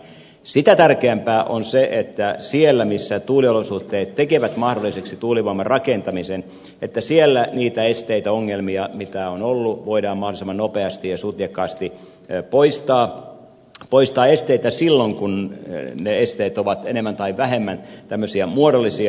sitä tärkeämpää on se että siellä missä tuuliolosuhteet tekevät mahdolliseksi tuulivoiman rakentamisen niitä esteitä ongelmia mitä on ollut voidaan mahdollisimman nopeasti ja sutjakkaasti poistaa voidaan poistaa esteitä silloin kun ne esteet ovat enemmän tai vähemmän tämmöisiä muodollisia